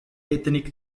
ethnic